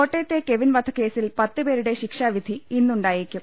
കോട്ടയത്തെ കെവിൻ വധക്കേസിൽ പത്ത് പേരുടെ ശിക്ഷാ വിധി ഇന്നുണ്ടായേക്കും